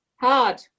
hard